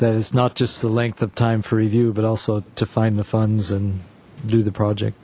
that is not just the length of time for review but also to find the funds and do the project